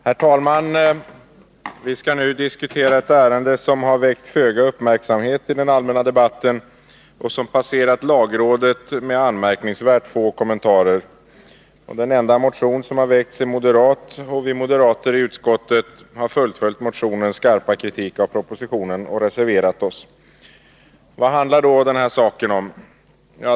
Herr talman! Vi skall nu diskutera ett ärende som har väckt föga uppmärksamhet i den allmänna debatten, och som har passerat lagrådet med anmärkningsvärt få kommentarer. Den enda motion som har väckts är moderat, och vi moderater i utskottet har fullföljt motionens skarpa kritik av propositionen och reserverat oss. Vad handlar då den här saken om?